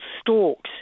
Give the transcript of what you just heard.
stalks